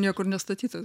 niekur nestatyta